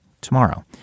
tomorrow